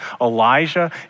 Elijah